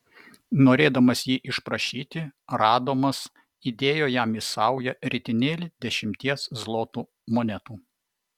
norėdamas jį išprašyti radomas įdėjo jam į saują ritinėlį dešimties zlotų monetų